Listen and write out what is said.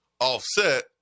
offset